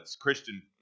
Christian